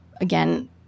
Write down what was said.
again